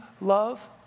love